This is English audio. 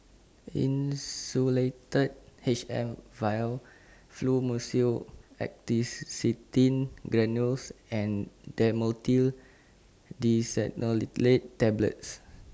Insulatard H M Vial Fluimucil Acetylcysteine Granules and Dhamotil Diphenoxylate Tablets